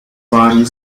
tváří